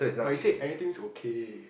but you say anything is okay